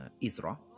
Israel